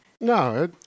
No